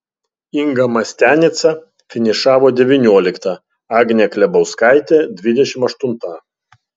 inga mastianica finišavo devyniolikta agnė klebauskaitė dvidešimt aštunta